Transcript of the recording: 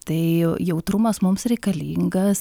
tai jautrumas mums reikalingas